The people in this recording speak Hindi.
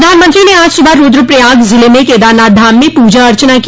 प्रधानमंत्री ने आज सुबह रूद्रप्रयाग जिले में केदारनाथ धाम में पूजा अर्चना की